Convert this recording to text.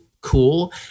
cool